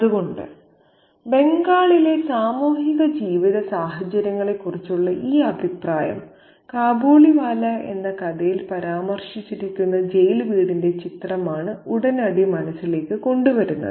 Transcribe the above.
അതുകൊണ്ട് ബംഗാളിലെ സാമൂഹിക ജീവിത സാഹചര്യങ്ങളെക്കുറിച്ചുള്ള ഈ അഭിപ്രായം കാബൂളിവാല എന്ന കഥയിൽ പരാമർശിച്ചിരിക്കുന്ന ജയിൽ വീടിന്റെ ചിത്രമാണ് ഉടനടി മനസ്സിലേക്ക് കൊണ്ടുവരുന്നത്